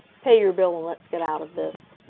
pay your bill and let's get out of this.